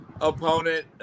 opponent